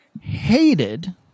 Hated